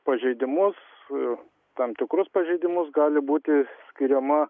pažeidimus tam tikrus pažeidimus gali būti skiriama